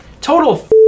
Total